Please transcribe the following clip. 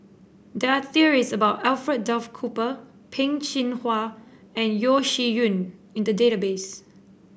there are stories about Alfred Duff Cooper Peh Chin Hua and Yeo Shih Yun in the database